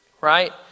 right